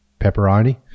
Pepperoni